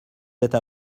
êtes